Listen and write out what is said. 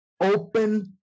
open